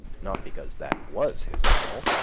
not because that was his all,